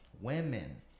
Women